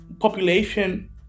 population